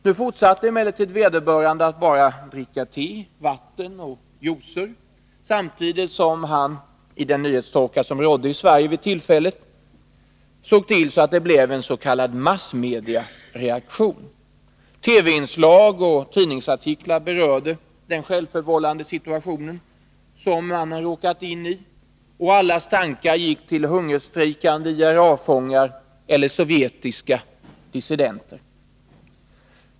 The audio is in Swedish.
Nu fortsatte vederbörande att bara dricka té, vatten och juicer, samtidigt som han —i den nyhetstorka som rådde i Sverige vid tillfället — såg till att det blev en s.k. massmediareaktion. TV-inslag och tidningsartiklar berörde den självförvållade situation som mannen råkat in i, och allas tankar gick till hungerstrejkande IRA-fångar eller sovjetiska dissidenter.